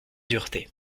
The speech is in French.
dureté